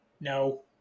no